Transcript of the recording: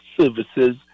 services